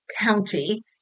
county